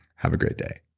have a great day